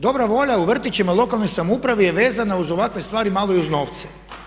Dobra volja u vrtićima i lokalnoj samoupravi je vezana uz ovakve stvari malo i uz novce.